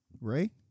Ray